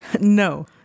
No